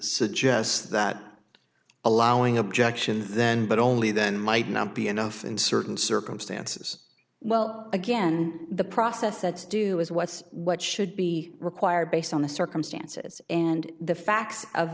suggests that allowing objections then but only then might not be enough in certain circumstances well again the process that's due is what's what should be required based on the circumstances and the facts of